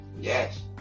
Yes